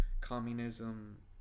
Communism